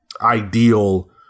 ideal